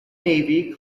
navy